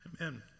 Amen